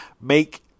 make